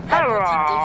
Hello